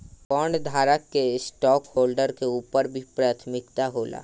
बॉन्डधारक के स्टॉकहोल्डर्स के ऊपर भी प्राथमिकता होला